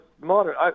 modern